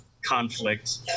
conflict